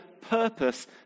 purpose